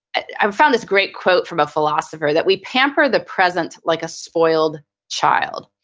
i found this great quote from a philosopher that we pamper the present like a spoiled child.